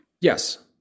Yes